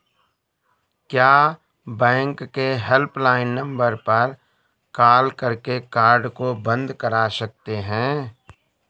क्या बैंक के helpline number पर कॉल करके कार्ड को बंद करा सकते हैं?